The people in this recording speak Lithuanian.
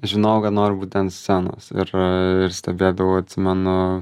žinojau kad noriu būti ant scenos ir ir stebėdavau atsimenu